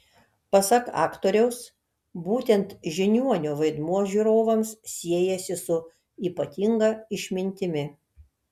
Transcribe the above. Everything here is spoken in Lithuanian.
pasak aktoriaus būtent žiniuonio vaidmuo žiūrovams siejasi su ypatinga išmintimi